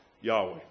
Yahweh